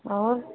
और